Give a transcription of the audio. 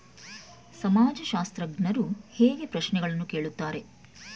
ಸಮಾಜಶಾಸ್ತ್ರಜ್ಞರು ಹೇಗೆ ಪ್ರಶ್ನೆಗಳನ್ನು ಕೇಳುತ್ತಾರೆ?